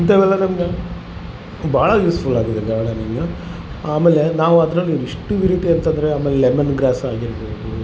ಇಂಥವೆಲ್ಲ ನಮ್ಗೆ ಭಾಳ ಯೂಸ್ಫುಲ್ ಆಗಿದೆ ಗಾರ್ಡನಿಂದು ಆಮೇಲೆ ನಾವು ಅದರಲ್ಲಿ ಎಷ್ಟು ವಿರುಟಿ ಅಂತಂದರೆ ಆಮೇಲೆ ಲೆಮನ್ ಗ್ರಾಸ್ ಆಗಿರ್ಬೌದು